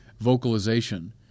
vocalization